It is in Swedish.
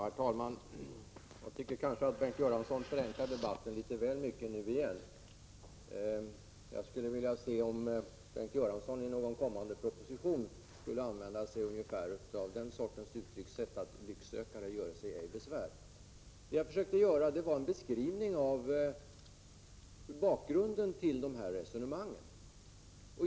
Herr talman! Jag tycker nog att Bengt Göransson förenklar debatten litet väl mycket nu igen. Jag skulle vilja se, om han i någon kommande proposition skulle använda ungefär den sortens uttryckssätt: Lycksökare göre sig ej besvär. Det jag försökte göra var en beskrivning av bakgrunden till de här resonemangen.